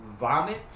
vomit